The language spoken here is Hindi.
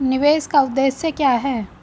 निवेश का उद्देश्य क्या है?